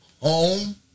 home